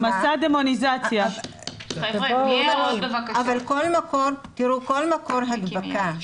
אבל כל מקור הדבקה,